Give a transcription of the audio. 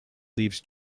leaves